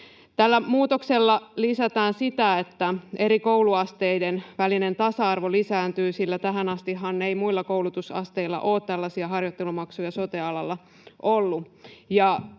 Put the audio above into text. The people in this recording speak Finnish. Tällä muutoksella lisätään sitä, että eri kouluasteiden välinen tasa-arvo lisääntyy, sillä tähän astihan ei muilla koulutusasteilla ole tällaisia harjoittelumaksuja sote-alalla ollut.